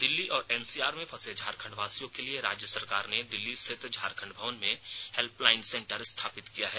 दिल्ली और एनसीआर में फंसे झारखंडवासियों के लिए राज्य सरकार ने दिल्ली स्थित झारखंड भवन में हेल्पलाइन सेंटर स्थापित किया है